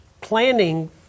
Planning